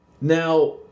Now